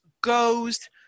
goes